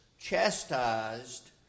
chastised